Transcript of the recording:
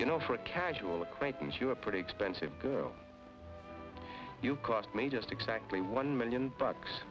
you know for a casual acquaintance you're a pretty expensive girl you cost me just exactly one million bucks